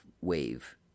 wave